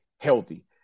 healthy